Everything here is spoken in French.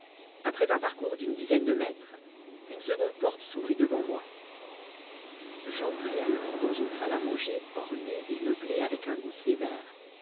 après un parcours d'une dizaine de mètres une seconde porte s'ouvrit devant moi j'entrai alors dans une salle à manger ornée et meublée avec un goût sévère